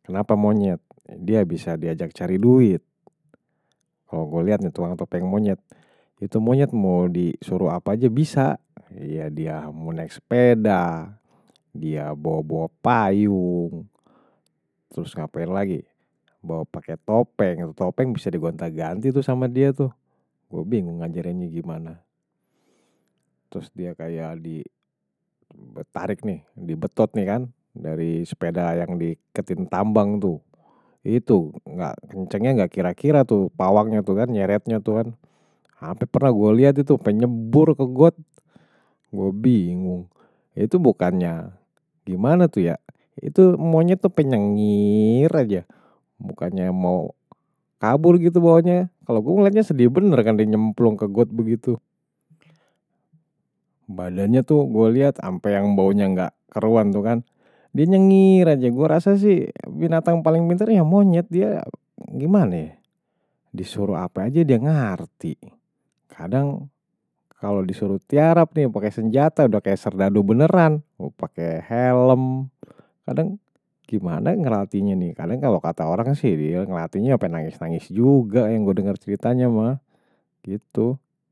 Kenapa monyet? Dia bisa diajak cari duit, kalau gue lihat, itu orang topeng monyet. Itu monyet mau disuruh apa aja bisa. Dia mau naik sepeda, dia bawa-bawa payung, terus ngapain lagi bawa pakai topeng, itu topeng bisa gonta ganti tuh sama dia tuh. Gue bingung ngajarinya gimana. Terus dia kayak di betot dari sepeda yang diketin tambang. Kencangnya nggak kira-kira, pawangnya nyeretnya. Sampai pernah gue lihat itu, sampai nyebur ke got, gue bingung. Itu bukan nya gimana tuh ya. Itu monyet tuh pengen nyengir aja. Bukannya mau kabur gitu bawahnya. Kalau gue ngeliatnya sedih bener kan dia nyemplung ke got begitu. Badannya tuh gue lihat, sampai yang baunya nggak keruan tuh kan. Dia nyengir aja. Gue rasa sih binatang paling pintar ya monyet. Dia gimana ya disuruh apa aja dia ngerti. Kadang kalau disuruh tiarap, pakai senjata udah kayak serdadu beneran, pakai helm. Kadang gimana ngelatihnya nih kadang kalau kata orang sih, dia ngelatihnye mau nangis-nangis juga yang gue dengar ceritanya mah.